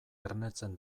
ernetzen